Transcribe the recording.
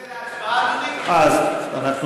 מה, אין הצבעה, אדוני?